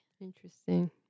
Interesting